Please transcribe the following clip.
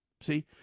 See